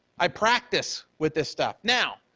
i practice with this stuff. now,